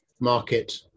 market